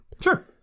sure